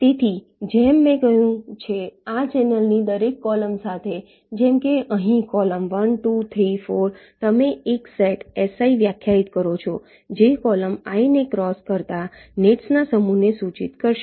તેથી જેમ મેં કહ્યું છે આ ચેનલની દરેક કૉલમ સાથે જેમ કે અહીં કૉલમ 1 2 3 4 તમે એક સેટ Si વ્યાખ્યાયિત કરો છો જે કોલમ i ને ક્રોસ કરતા નેટ્સના સમૂહને સૂચિત કરશે